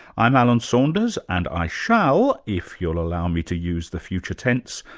i'm alan saunders and i shall, if you'll allow me to use the future tense,